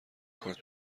کارت